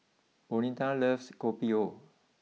Bonita loves Kopi O